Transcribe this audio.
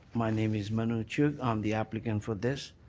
my name is manu chu. i'm the applicant for this.